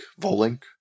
Volink